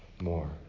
more